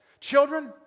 children